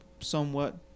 somewhat